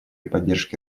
поддержке